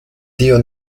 dio